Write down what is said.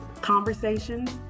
conversations